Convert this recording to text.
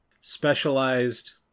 Specialized